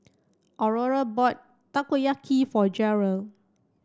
Aurore bought Takoyaki for Gearld